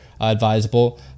advisable